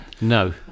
No